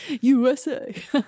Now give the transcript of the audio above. USA